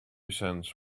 cents